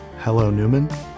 hellonewman